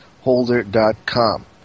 Holder.com